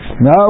No